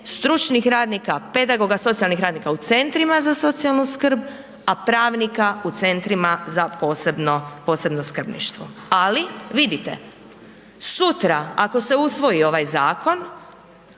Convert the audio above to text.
stručnih radnika, pedagoga, socijalnih radnika u centrima za socijalnu skrb, a pravnika u centrima za posebno skrbništvo. Ali vidite, sutra ako se usvoji ovaj zakon